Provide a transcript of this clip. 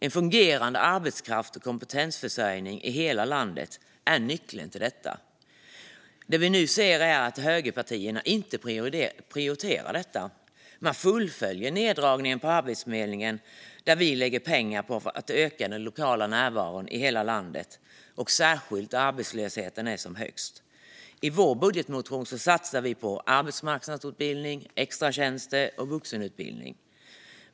En fungerande arbetskrafts och kompetensförsörjning i hela landet är nyckeln till det, men det vi ser nu är att högerpartierna inte prioriterar detta. Man fullföljer neddragningen på Arbetsförmedlingen, där vi lägger pengar för att öka den lokala närvaron i hela landet och särskilt där arbetslösheten är som högst. I vår budgetmotion satsar vi på arbetsmarknadsutbildning, extra tjänster och vuxenutbildning.